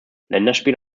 länderspiel